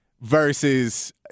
versus